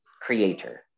creator